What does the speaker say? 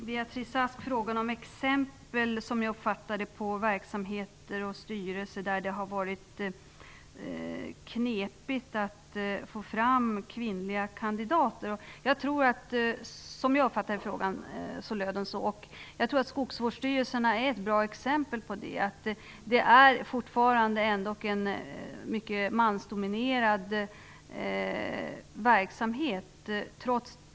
Herr talman! Som jag uppfattade det frågade Beatrice Ask efter exempel på verksamheter och styrelser där det har varit knepigt att få fram kvinnliga kandidater. Jag tror att skogsvårdsstyrelserna är ett bra exempel på detta. Det är fortfarande ändock en mycket mansdominerad verksamhet.